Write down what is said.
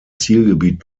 zielgebiet